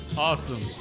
Awesome